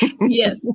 Yes